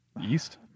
east